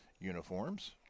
uniforms